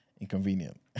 inconvenient